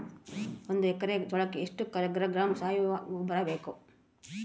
ಒಂದು ಎಕ್ಕರೆ ಜೋಳಕ್ಕೆ ಎಷ್ಟು ಕಿಲೋಗ್ರಾಂ ಸಾವಯುವ ಗೊಬ್ಬರ ಬೇಕು?